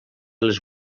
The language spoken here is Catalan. les